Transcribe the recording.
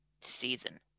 season